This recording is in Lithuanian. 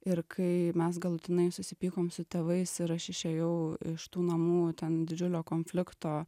ir kai mes galutinai susipykom su tėvais ir aš išėjau iš tų namų ten didžiulio konflikto